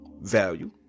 value